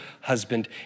husband